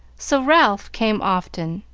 so ralph came often,